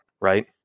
Right